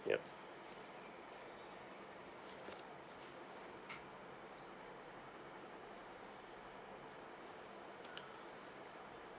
yup